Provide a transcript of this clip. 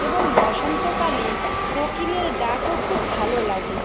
এবং বসন্তকালে কোকিলের ডাকও খুব ভালো লাগে